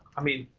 i mean